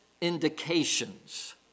indications